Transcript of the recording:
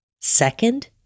Second